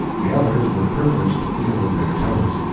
the others were privileged to feel as they chose,